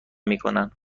میکنن